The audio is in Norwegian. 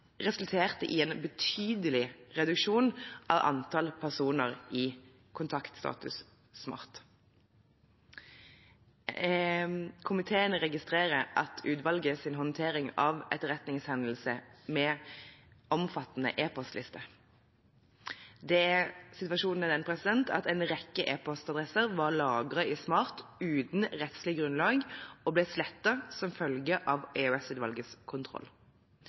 resulterte i en betydelig reduksjon i antall personer med kontaktstatus i Smart. Komiteen registrerer utvalgets håndtering av «etterretningshendelse med omfattende e-postliste». Situasjonen er den at en rekke e-postadresser var lagret i Smart uten rettslig grunnlag og ble slettet som følge av EOS-utvalgets kontroll.